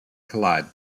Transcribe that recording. collide